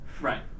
Right